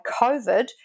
COVID